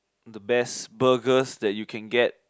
the best burgers that you can get